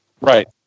Right